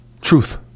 Truth